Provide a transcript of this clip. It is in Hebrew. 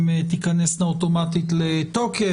הן תיכנסנה אוטומטית לתוקף.